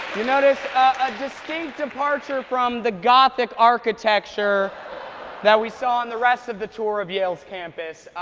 you'll notice a distinct departure from the gothic architecture that we saw on the rest of the tour of yale's campus.